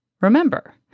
Remember